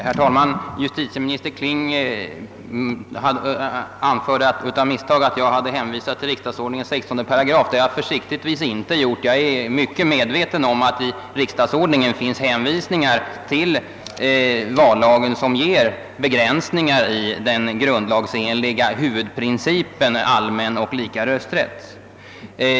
Herr talman! Justitieminister Kling anförde att jag hänvisade till riksdagsordningen 16 §. Det har jag dock försiktigtvis inte gjort. Jag är väl medveten om att det i riksdagsordningen finns hänvisningar till vallagen som innebär begränsningar i den grundlagsenliga huvudprincipen om allmän och lika rösträtt.